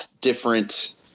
different